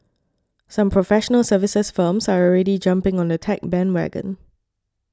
some professional services firms are already jumping on the tech bandwagon